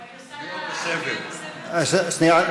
שנייה.